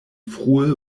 frue